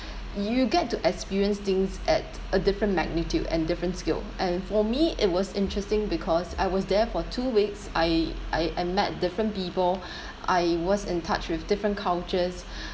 you get to experience things at a different magnitude and different scale and for me it was interesting because I was there for two weeks I I I met different people I was in touch with different cultures